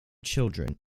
children